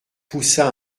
poussa